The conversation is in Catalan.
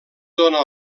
dóna